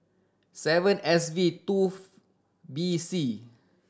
seven S V two B C